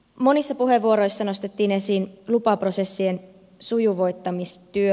monissa puheenvuoroissa nostettiin esiin lupaprosessien sujuvoittamistyö